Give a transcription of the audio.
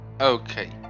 Okay